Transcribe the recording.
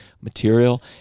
material